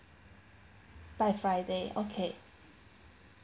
by friday okay